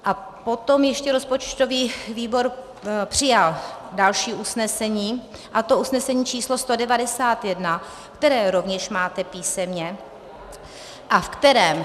A potom ještě rozpočtový výbor přijal další usnesení, a to usnesení číslo 191, které rovněž máte písemně a v kterém